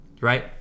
right